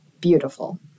beautiful